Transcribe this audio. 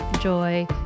joy